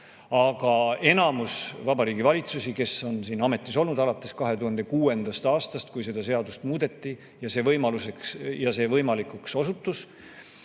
aga enamus Vabariigi Valitsusi, kes on ametis olnud alates 2006. aastast, kui seda seadust muudeti ja see võimalikuks osutus,